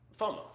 FOMO